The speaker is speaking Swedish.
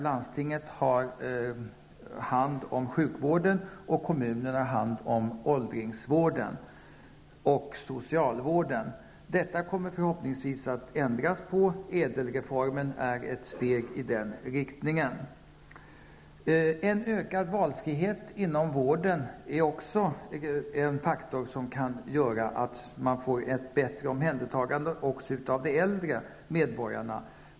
Landstinget har hand om sjukvården och kommunen har hand om åldringsvården och socialvården. Detta kommer förhoppningsvis att ändras. ÄDEL-reformen är ett steg i den riktningen. En ökad valfrihet inom vården är också en faktor som kan göra att man får ett bättre omhändertagande även av de äldre medborgarna.